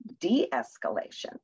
de-escalation